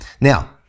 Now